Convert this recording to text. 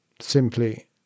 simply